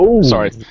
Sorry